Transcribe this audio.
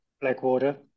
Blackwater